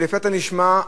ולפתע נשמע,